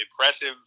impressive